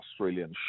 Australian